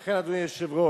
לכן, אדוני היושב-ראש,